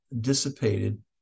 dissipated